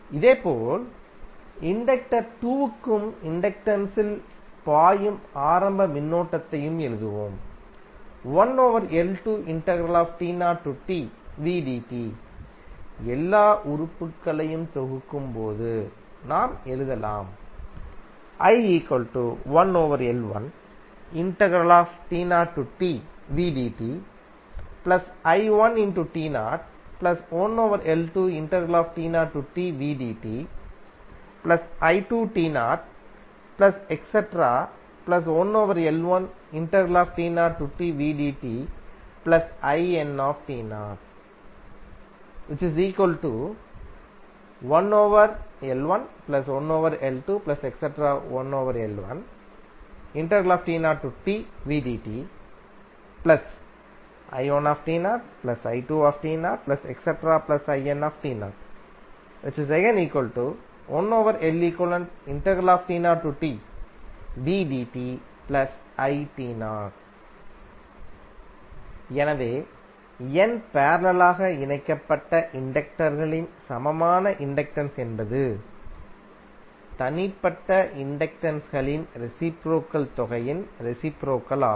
இதேபோல் இண்டக்டர் 2க்கும் இண்டக்டன்ஸ் இல் பாயும் ஆரம்ப மின்னோட்டத்தையும்எழுதுவோம் எல்லா உறுப்புகளையும் தொகுக்கும்போது நாம் எழுதலாம் எனவே N பேரலலாக இணைக்கப்பட்ட இண்டக்டர் களின் சமமான இண்டக்டன்ஸ் என்பது தனிப்பட்ட இண்டக்டன்ஸ் களின் ரெசிப்ரோகல் தொகையின் ரெசிப்ரோகல் ஆகும்